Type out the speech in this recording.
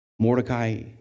Mordecai